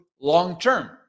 long-term